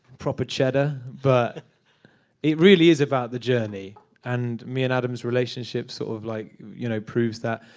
proper cheddar, but it really is about the journey. and me and adam's relationship sort of like you know proves that.